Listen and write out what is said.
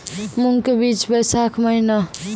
मूंग के बीज बैशाख महीना